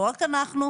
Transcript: לא רק אנחנו,